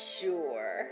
sure